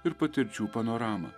ir patirčių panoramą